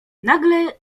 nagle